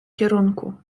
kierunku